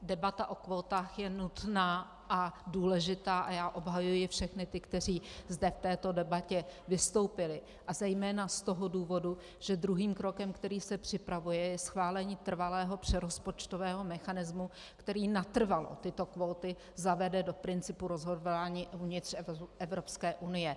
Debata o kvótách je nutná a důležitá a já obhajuji všechny ty, kteří zde v této debatě vystoupili, a zejména z toho důvodu, že druhým krokem, který se připravuje, je schválení trvalého přerozpočtového mechanismu, který natrvalo tyto kvóty zavede do principu rozhodování uvnitř Evropské unie.